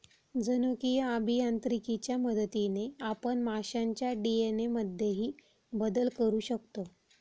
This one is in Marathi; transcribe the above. जनुकीय अभियांत्रिकीच्या मदतीने आपण माशांच्या डी.एन.ए मध्येही बदल करू शकतो